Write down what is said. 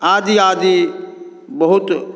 आदि आदि बहुत